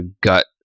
gut